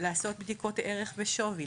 לעשות בדיקות ערך ושווי,